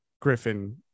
Griffin